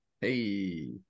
Hey